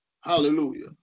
Hallelujah